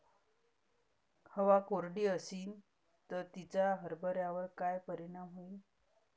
हवा कोरडी अशीन त तिचा हरभऱ्यावर काय परिणाम होईन?